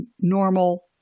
normal